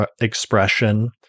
expression